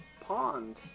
Pond